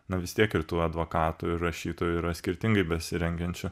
na vis tiek ir tų advokatų ir rašytojų yra skirtingai besirengiančių